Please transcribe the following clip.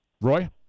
Roy